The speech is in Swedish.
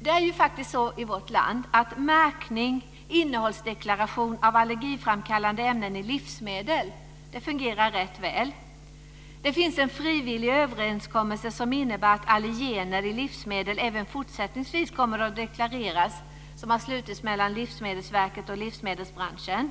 Det är faktiskt så i vårt land att märkning och innehållsdeklaration av allergiframkallande ämnen i livsmedel fungerar rätt väl. Det finns en frivillig överenskommelse som innebär att allergener i livsmedel även fortsättningsvis kommer att deklareras. Den har slutits mellan Livsmedelsverket och livsmedelsbranschen.